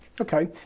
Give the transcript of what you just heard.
Okay